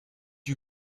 you